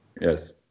Yes